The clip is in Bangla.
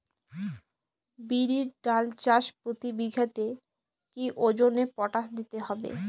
বিরির ডাল চাষ প্রতি বিঘাতে কি ওজনে পটাশ দিতে হবে?